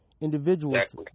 individuals